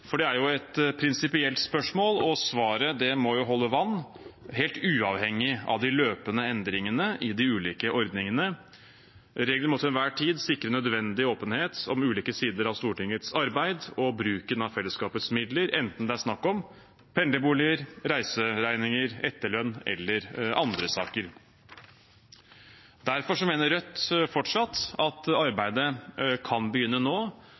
For det er et prinsipielt spørsmål, og svaret må holde vann helt uavhengig av de løpende endringene i de ulike ordningene. Reglene må til enhver tid sikre nødvendig åpenhet om ulike sider av Stortingets arbeid og bruken av fellesskapets midler, enten det er snakk om pendlerboliger, reiseregninger, etterlønn eller andre saker. Derfor mener Rødt fortsatt at arbeidet kan begynne nå,